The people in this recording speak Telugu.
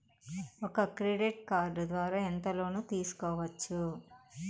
ఒక క్రెడిట్ కార్డు ద్వారా ఎంత లోను తీసుకోవచ్చు?